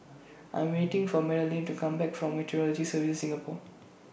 I'm waiting For Madelene to Come Back from Meteorology Services Singapore